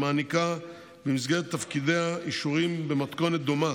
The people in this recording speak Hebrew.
שמעניקה במסגרת תפקידיה אישורים במתכונת דומה